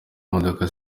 modoka